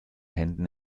händen